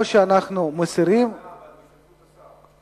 או שאנחנו מסירים בוועדה, אבל בהשתתפות השר.